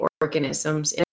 organisms